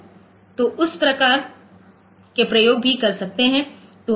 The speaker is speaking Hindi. तो उस प्रकार के प्रयोग भी कर सकते है